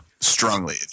strongly